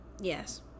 yes